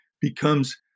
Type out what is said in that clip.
becomes